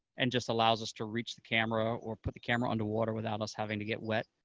and just allows us to reach the camera or put the camera underwater without us having to get wet.